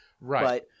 right